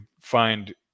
find